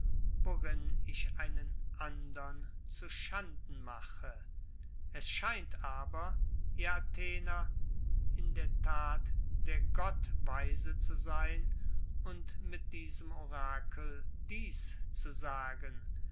worin ich einen andern zuschanden mache es scheint aber ihr athener in der tat der gott weise zu sein und mit diesem orakel dies zu sagen